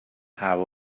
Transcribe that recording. have